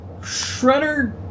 Shredder